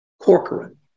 Corcoran